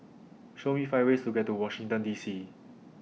Show Me five ways to get to Washington D C